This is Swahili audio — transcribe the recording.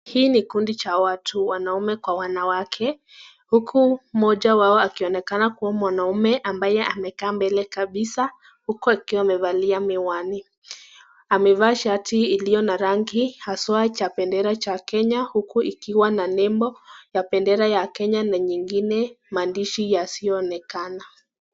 Hii ni kundi cha watu wanaume kwa wanawake, huku mmoja wao akionekana kua mwanaume ambaye amekaa mbele kabisa huko akiwa amevalia miwani. Amevaa shati iliyo na rangi haswaa cha bendera cha Kenya huku ikiwa na nembo ya bendera ya Kenya na nyingine maandishi yasiyoonekana.